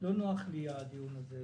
לא נוח לי הדיון הזה,